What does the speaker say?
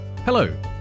Hello